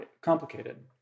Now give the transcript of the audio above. complicated